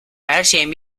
herşeyin